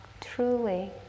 truly